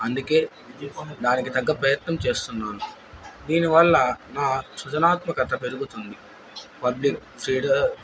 అందుకే విద్య దానికి తగ్గ ప్రయత్నం చేస్తున్నాను దీనివల్ల నా సృజనాత్మకత పెరుగుతుంది పబ్లిక్ ఫ్రీడం